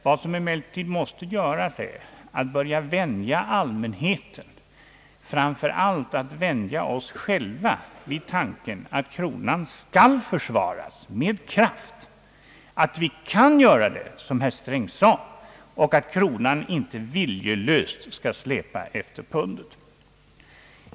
Vad som emellertid måste göras är att börja vänja allmänheten, framför allt oss själva, vid tanken på att kronan skall försvaras med kraft, att vi kan göra det, som herr Sträng sade, och att kronan inte viljelöst skall släpa efter pundet.